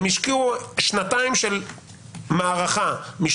אם בראש שלהם הם השקיעו שנתיים של מערכה משפטית,